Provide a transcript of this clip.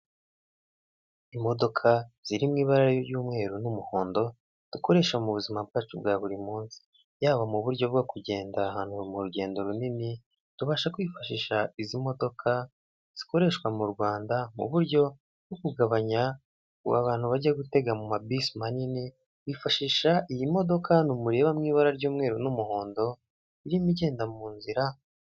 Imodoka ziriho ibara ry'umweru n'umuhondo, dukoresha mu buzima bwacu bwa buri munsi. Yaba mu buryo bwo kugenda ahantu mu rugendo runini, tubasha kwifashisha izi modoka zikoreshwa m’u Rwanda mu buryo bwo kugabanya. ubu abantu bajya gutega mu ma bisi manini bifashisha iyi modoka iri mu ibara ry'umweru n'umuhondo irimo igenda mu nzira.